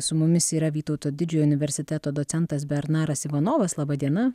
su mumis yra vytauto didžiojo universiteto docentas bernaras ivanovas laba diena